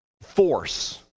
force